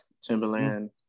Timberland